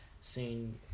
seeing